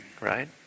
Right